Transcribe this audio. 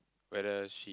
whether she